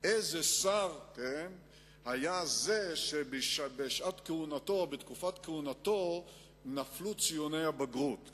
איזה שר היה זה שבשעת כהונתו או בתקופת כהונתו נפלו ציוני הבגרות.